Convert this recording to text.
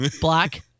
black